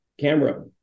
camera